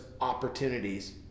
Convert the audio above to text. opportunities